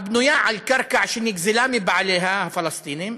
הבנויה על קרקע שנגזלה מבעליה הפלסטינים,